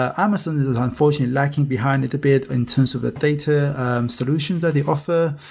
amazon is is unfortunately lagging behind it a bit in terms of the data solutions that they offer.